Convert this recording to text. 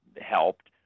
helped